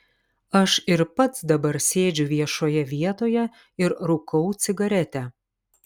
aš ir pats dabar sėdžiu viešoje vietoje ir rūkau cigaretę